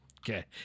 Okay